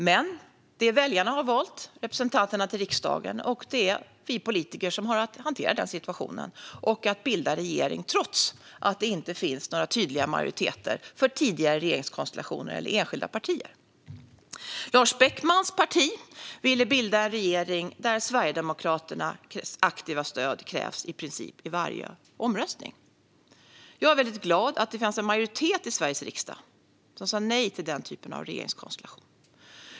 Men det är väljarna som har valt representanterna till riksdagen, och det är vi politiker som har att hantera den situationen och bilda regering trots att det inte finns några tydliga majoriteter för tidigare regeringskonstellationer eller enskilda partier. Lars Beckmans parti ville bilda en regering som kräver Sverigedemokraternas aktiva stöd i princip i varje omröstning. Jag är väldigt glad att det fanns en majoritet i Sveriges riksdag som sa nej till den typen av regeringskonstellation.